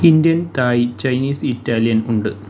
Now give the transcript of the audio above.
Indian Thai Chinese Italian ഉണ്ട്